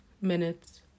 minutes